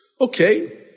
okay